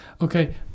Okay